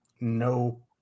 No